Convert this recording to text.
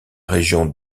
région